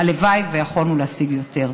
הלוואי ויכולנו לשים יותר.